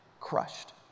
crushed